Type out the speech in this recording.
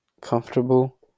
comfortable